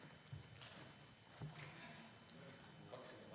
Hvala